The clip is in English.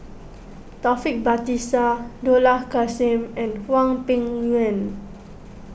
Taufik Batisah Dollah Kassim and Hwang Peng Yuan